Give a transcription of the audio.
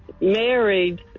married